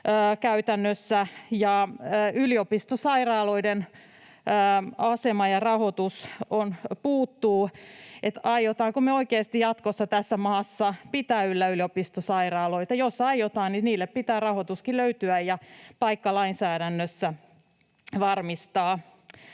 käytännössä. Ja yliopistosairaaloiden asema ja rahoitus puuttuvat. Aiotaanko me oikeasti jatkossa tässä maassa pitää yllä yliopistosairaaloita? Jos aiotaan, niin niille pitää rahoituskin löytyä ja varmistaa paikka lainsäädännössä.